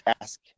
ask